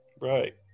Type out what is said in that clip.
right